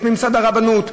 את ממסד הרבנות,